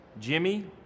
Jimmy